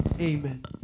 Amen